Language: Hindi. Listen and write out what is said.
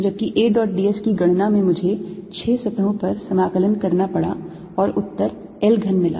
जबकि A dot d s की गणना में मुझे छह सतहों पर समाकलन करना पड़ा और उत्तर L घन मिला